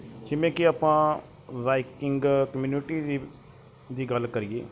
ਜਿਵੇਂ ਕਿ ਆਪਾਂ ਬਾਈਕਿੰਗ ਕਮਿਊਨਿਟੀ ਦੀ ਦੀ ਗੱਲ ਕਰੀਏ